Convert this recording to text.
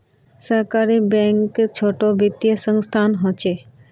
सहकारी बैंक छोटो वित्तिय संसथान होछे